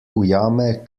ujame